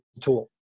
tool